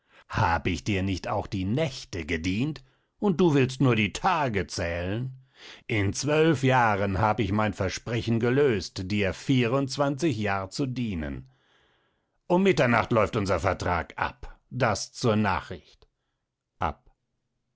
hab ich dir nicht auch die nächte gedient und du willst nur die tage zählen in zwölf jahren hab ich mein versprechen gelöst dir vierundzwanzig jahr zu dienen um mitternacht läuft unser vertrag ab dieß zur nachricht ab